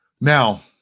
Now